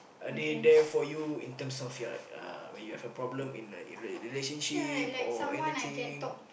are they there for you in terms of like uh when you have a problem in like your rela~ relationship or anything